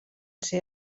ser